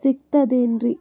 ಸಿಗ್ತದೇನ್ರಿ?